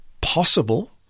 possible